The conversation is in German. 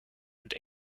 und